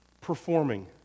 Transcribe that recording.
performing